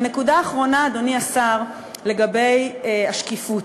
נקודה אחרונה, אדוני השר, לגבי השקיפות.